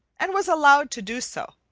and was allowed to do so,